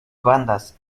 bandas